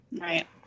right